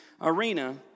arena